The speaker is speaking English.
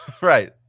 Right